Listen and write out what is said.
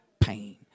Pain